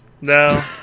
No